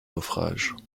naufrages